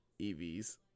EVs